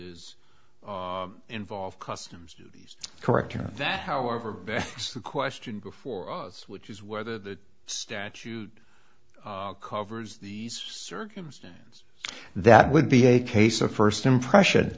cases involve customs duties correct or that however best the question before us which is whether the statute covers the circumstance that would be a case of first impression